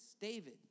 David